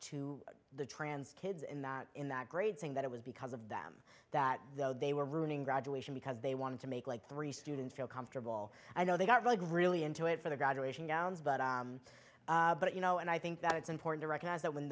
to the trans kids in that grade saying that it was because of them that though they were ruining graduation because they wanted to make like three students feel comfortable i know they got really really into it for the graduation downs but but you know and i think that it's important to recognize that when